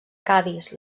cadis